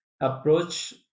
approach